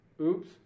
oops